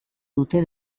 dute